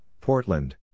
Portland